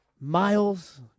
Miles